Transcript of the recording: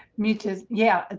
me too. yeah,